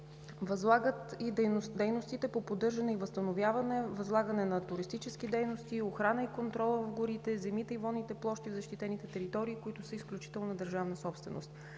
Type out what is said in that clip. възлагат и дейностите по поддържане и възстановяване – възлагане на туристически дейности, охрана и контрол в горите, земите и водните площи в защитените територии, които са изключителна държавна собственост.